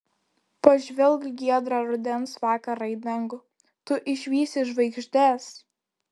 pažvelk giedrą rudens vakarą į dangų tu išvysi žvaigždes